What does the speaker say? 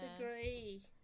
agree